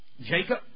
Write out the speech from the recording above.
Jacob